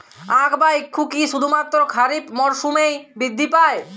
আখ বা ইক্ষু কি শুধুমাত্র খারিফ মরসুমেই বৃদ্ধি পায়?